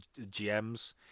GMs